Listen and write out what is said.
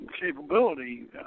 capability